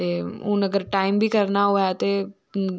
ते हून अगर टाईम बी करना होऐ ते